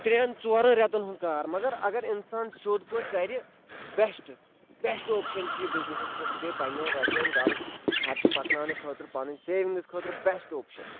ترٛٮ۪ن ژورَن رٮ۪تَن ہُنٛد کار مگر اگر اِنسان سیوٚد پٲٹھۍ کَرِ بیشٹ بیشٹ اوپشَن چھِ یہِ بِزنِسَس خٲطرٕ بیٚیہِ پنٛنٮ۪ن رۄپیَن گَرُک خَرچہِ پَکناونہٕ خٲطرٕ پَنٕنۍ سیوِنٛگٕز خٲطرٕ بیشٹ اوپشَن